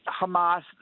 Hamas